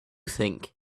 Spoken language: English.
think